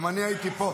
גם אני הייתי פה.